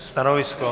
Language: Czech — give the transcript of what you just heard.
Stanovisko?